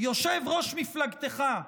יושב-ראש מפלגתך,